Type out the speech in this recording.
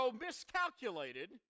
miscalculated